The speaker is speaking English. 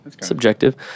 subjective